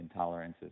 intolerances